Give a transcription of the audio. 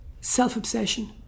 self-obsession